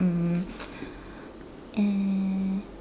um eh